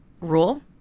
rule